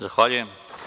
Zahvaljujem.